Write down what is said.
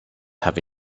have